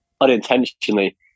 unintentionally